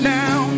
now